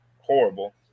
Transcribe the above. horrible